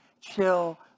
chill